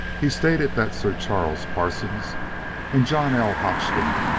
he stated that sir charles parsons and john l. hodgson,